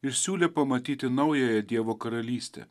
ir siūlė pamatyti naująją dievo karalystę